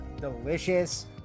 delicious